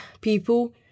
people